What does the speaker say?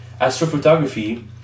astrophotography